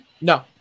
No